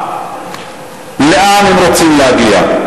לאן הם רוצים להגיע?